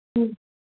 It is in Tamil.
ம்